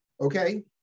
Okay